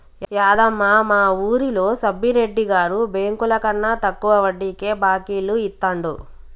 యాదమ్మ, మా వూరిలో సబ్బిరెడ్డి గారు బెంకులకన్నా తక్కువ వడ్డీకే బాకీలు ఇత్తండు